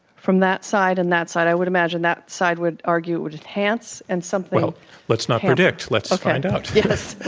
from that side and that side. i would imagine that side would argue it would enhance and something well, but let's not predict. let's find out. yes.